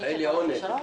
(היו"ר משה גפני, 14:50)